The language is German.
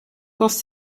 dass